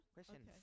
Questions